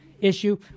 issue